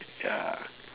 ya